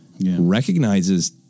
recognizes